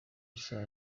isaha